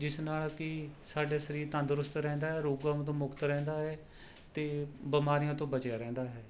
ਜਿਸ ਨਾਲ ਕਿ ਸਾਡੇ ਸਰੀਰ ਤੰਦਰੁਸਤ ਰਹਿੰਦਾ ਹੈ ਰੋਗਾਂ ਤੋਂ ਮੁਕਤ ਰਹਿੰਦਾ ਹੈ ਅਤੇ ਬਿਮਾਰੀਆਂ ਤੋਂ ਬਚਿਆ ਰਹਿੰਦਾ ਹੈ